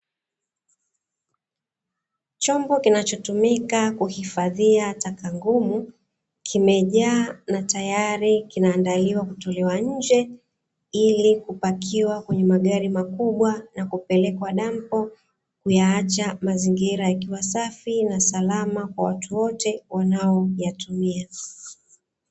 Chombo kinachotumika kuhifadhia takanguvu kimejaa na tayari kinaandaliwa kutolewa nje ili kupakiwa kwenye magari makubwa na kupelekwa dampo, kuyaacha mazingira yakiwa safi na salama kwa watu wote wanaoyatumia.